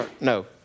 No